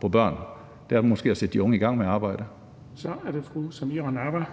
på børn. Det er måske at sætte de unge i gang med at arbejde. Kl. 13:43 Den fg.